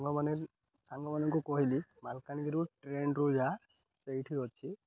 ସାଙ୍ଗମାନେ ସାଙ୍ଗମାନଙ୍କୁ କହିଲି ମାଲକାନଗିରୁ ଟ୍ରେନ୍ରୁ ଯାଆ ସେଇଠି ଅଛି